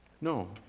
No